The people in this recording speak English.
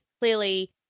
clearly